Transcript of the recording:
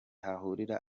hahurira